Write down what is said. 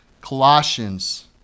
Colossians